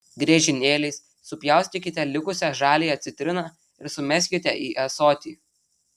griežinėliais supjaustykite likusią žaliąją citriną ir sumeskite į ąsotį